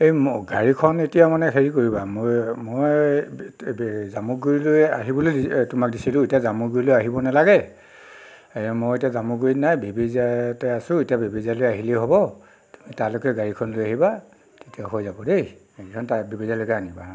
এই গাড়ীখন এতিয়া মানে হেৰি কৰিবা মই জামুগুৰিলৈ আহিবলৈ তোমাক দিছিলোঁ এতিয়া জামুগুৰিলৈ আহিব নালাগে মই এতিয়া জামুগুৰিত নাই বেবেজীয়াতে আছোঁ এতিয়া বেবেজীয়ালৈ আহিলেই হ'ব তালৈকে গাড়ীখন লৈ আহিবা তেতিয়া হৈ যাব দেই বেবেজীয়ালৈকে আনিবা